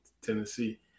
Tennessee